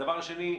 הדבר השני,